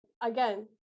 again